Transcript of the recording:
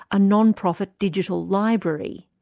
a non-profit, digital library.